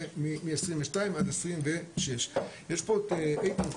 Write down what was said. זה מ- 22 עד 26. יש פה את איתן כהן.